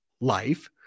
life